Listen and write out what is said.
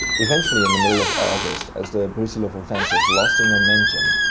eventually, in the middle of august, as the brusilov offensive lost in momentum,